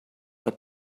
but